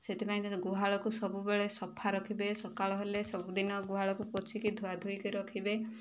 ସେଥିପାଇଁକା ଗୁହାଳକୁ ସବୁବେଳେ ସଫା ରଖିବେ ସକାଳ ହେଲେ ସବୁଦିନ ଗୁହାଳକୁ ପୋଛିକି ଧୁଆ ଧୋଇକି ରଖିବେ